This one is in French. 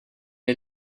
est